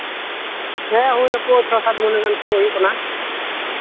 ᱦᱮᱸ ᱦᱩᱭ ᱱᱟᱠᱚ ᱪᱷᱚᱭ ᱥᱟᱛ ᱡᱚᱱ ᱜᱟᱱ ᱠᱚ ᱦᱩᱭᱩᱜ ᱠᱟᱱᱟ